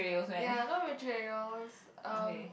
ya no betrayals um